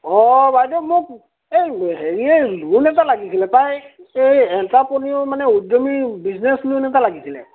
অ' বাইদেউ মোক এই হেৰিয়ে লোন এটা লাগিছিলে পাই এই এণ্টাপ্ৰনিয়ৰ মানে উদ্য়মী বিজনেছ লোন এটা লাগিছিলে